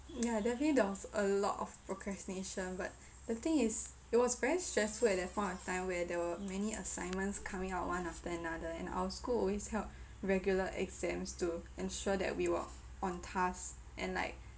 yeah definitely there was a lot of procrastination but the thing is it was very stressful at that point of time where there were many assignments coming out one after another and our school always held regular exams to ensure that we were on task and like